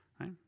Right